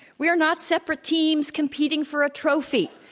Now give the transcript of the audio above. we are not separate teams competing for a trophy.